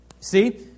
See